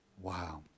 Wow